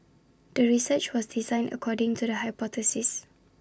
the research was designed according to the hypothesis